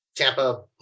Tampa